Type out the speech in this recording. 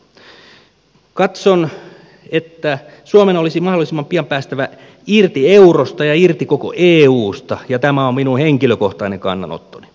katson että suomen olisi mahdollisimman pian päästävä irti eurosta ja irti koko eusta ja tämä on minun henkilökohtainen kannanottoni